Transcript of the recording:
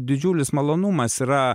didžiulis malonumas yra